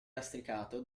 lastricato